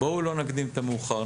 בואו לא נקדים את המאוחר.